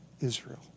Israel